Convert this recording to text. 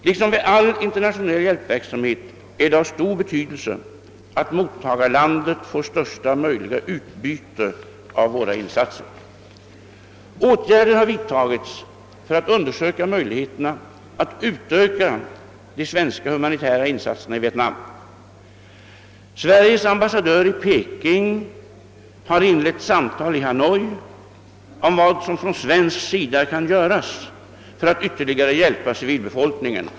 Liksom vid all internationell hjälpverksamhet är det av stor betydelse att mottagarlandet får största möjliga utbyte av våra insatser. Åtgärder har vidtagits för att undersöka möjligheterna att utöka de svenska humanitära insatserna i Vietnam. Sveriges ambassadör i Peking har inlett samtal i Hanoi om vad som från svensk sida kan göras för att ytterligare hjälpa civilbefolkningen.